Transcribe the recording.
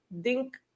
dink